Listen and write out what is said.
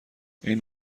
این